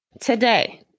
today